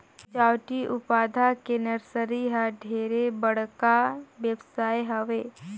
सजावटी पउधा के नरसरी ह ढेरे बड़का बेवसाय हवे